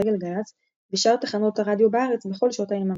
גלגלצ ושאר תחנות הרדיו בארץ בכל שעות היממה.